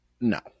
no